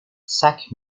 chaque